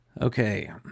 Okay